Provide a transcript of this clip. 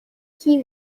key